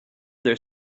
their